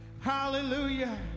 Hallelujah